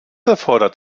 erfordert